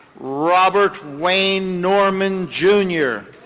robert wayne norman, jr.